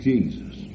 Jesus